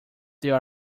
there